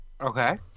okay